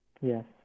Yes